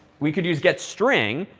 we could use getstring.